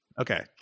Okay